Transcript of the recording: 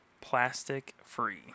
Plastic-free